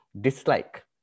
dislike